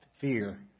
fear